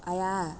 !aiya!